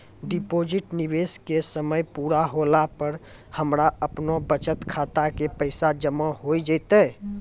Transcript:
Deposit निवेश के समय पूरा होला पर हमरा आपनौ बचत खाता मे पैसा जमा होय जैतै?